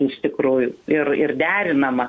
iš tikrųjų ir ir derinama